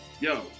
yo